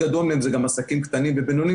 חלק גדול מהם זה גם העסקים הקטנים והבינוניים